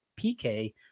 PK